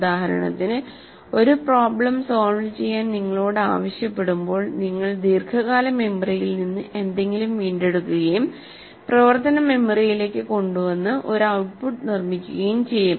ഉദാഹരണത്തിന് ഒരു problem solve ചെയ്യാൻ നിങ്ങളോട് ആവശ്യപ്പെടുമ്പോൾ നിങ്ങൾ ദീർഘകാല മെമ്മറിയിൽ നിന്ന് എന്തെങ്കിലും വീണ്ടെടുക്കുകയും പ്രവർത്തന മെമ്മറിയിലേക്ക് കൊണ്ടുവന്ന് ഒരു ഔട്ട്പുട്ട് നിർമ്മിക്കുകയും ചെയ്യും